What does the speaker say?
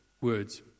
words